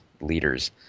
leaders